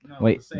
Wait